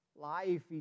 life